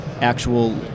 actual